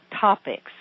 topics